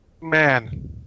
Man